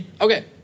Okay